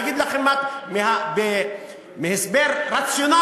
אני אגיד לכם הסבר רציונלי,